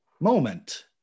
moment